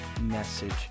message